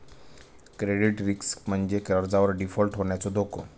credit risk म्हणजे कर्जावर default होण्याचो धोका